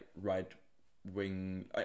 right-wing